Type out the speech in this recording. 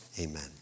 amen